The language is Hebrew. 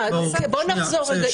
בואו נחזור רגע,